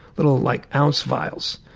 little like ounce vials.